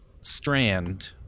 strand